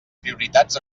prioritats